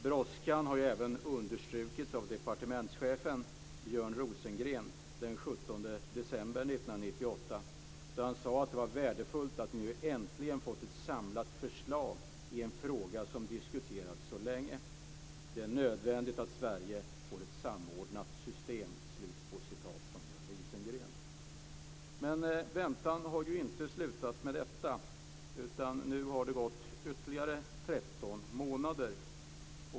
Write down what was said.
Brådskan har även understrukits av departementschefen Björn Rosengren den 17 december 1998. Han sade då att det var värdefullt att nu äntligen få ett samlat förslag i en fråga som diskuterats så länge och att det är nödvändigt att Sverige får ett samordnat system. Men väntan har inte slutat med detta. Nu har det gått ytterligare 13 månader.